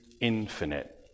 infinite